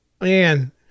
man